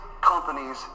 companies